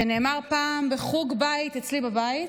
שנאמר פעם בחוג בית אצלי בבית,